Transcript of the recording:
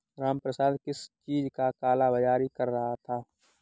रामप्रसाद किस चीज का काला बाज़ारी कर रहा था